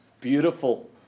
beautiful